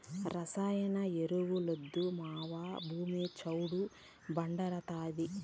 రసాయన ఎరువులొద్దు మావా, భూమి చౌడు భార్డాతాది